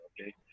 okay